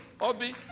Obi